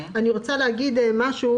אני רוצה להגיד משהו